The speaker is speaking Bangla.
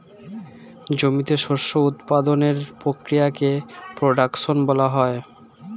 জমিতে শস্য উৎপাদনের প্রক্রিয়াকে প্রোডাকশন বলা হয়